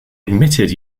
admitted